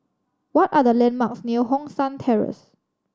what are the landmarks near Hong San Terrace